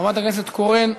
חברת הכנסת קורן,